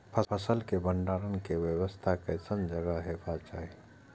फसल के भंडारण के व्यवस्था केसन जगह हेबाक चाही?